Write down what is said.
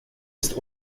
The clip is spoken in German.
ist